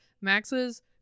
Max's